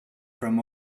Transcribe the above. from